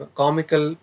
comical